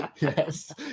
yes